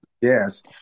Yes